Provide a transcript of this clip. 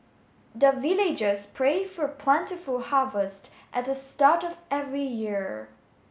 the villagers pray for plentiful harvest at the start of every year